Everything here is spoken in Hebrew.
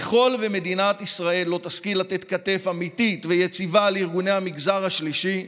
ככל שמדינת ישראל לא תשכיל לתת כתף אמיתית ויציבה לארגוני המגזר השלישי,